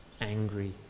angry